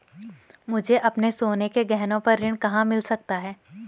मुझे अपने सोने के गहनों पर ऋण कहाँ मिल सकता है?